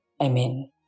Amen